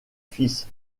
fils